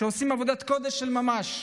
שעושות עבודת קודש של ממש,